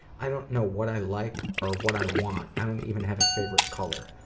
i dont know what i like, or what i want. i dont even have a favorite color.